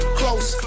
close